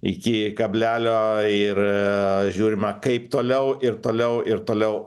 iki kablelio ir žiūrima kaip toliau ir toliau ir toliau